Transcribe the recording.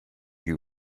you